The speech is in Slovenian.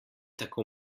tako